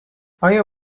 آیا